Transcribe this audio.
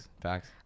Facts